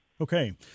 Okay